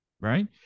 right